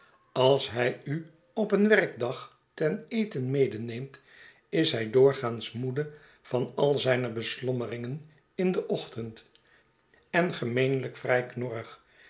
als hij u op een werkdag ten eten medeneemt is hij doorgaans moede van al zijne beslommeringen in den ochtend en gemeenlijk vrij